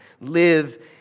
live